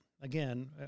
again